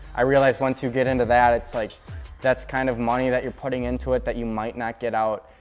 i realize, once you get into that, it's like that's kind of money that you're putting into it that you might not get out.